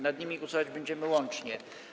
Nad nimi głosować będziemy łącznie.